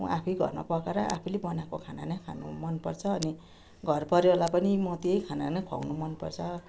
म आफै घरमा पकाएर आफैले बनाको खाना नै खानु मनपर्छ अनि घर परिवारलाई पनि म त्यही खाना नै खुवाउनु मनपर्छ